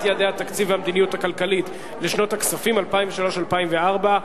יעדי התקציב והמדיניות הכלכלית לשנות הכספים 2003 ו-2004)